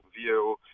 view